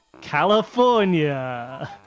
California